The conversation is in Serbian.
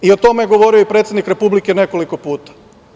O tome je govorio i predsednik Republike nekoliko puta.